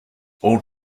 all